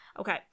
okay